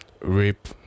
Rape